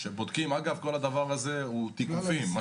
כשבודקים, כל הדבר הזה הוא תיקופים.